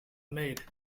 maid